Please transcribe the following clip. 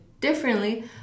differently